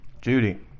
Judy